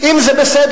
אם זה בסדר.